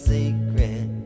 secret